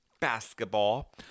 basketball